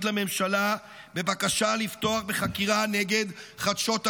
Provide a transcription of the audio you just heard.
לממשלה בבקשה לפתוח בחקירה נגד "חדשות הגבעות",